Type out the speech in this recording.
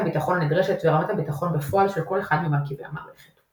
רמת הביטחון הנדרשת ורמת הביטחון בפועל של כל אחד ממרכיבי המערכת.